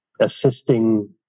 Assisting